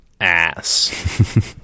ass